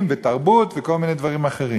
לפני דקות אחדות.